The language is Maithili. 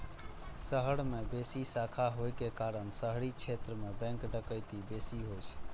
शहर मे बेसी शाखा होइ के कारण शहरी क्षेत्र मे बैंक डकैती बेसी होइ छै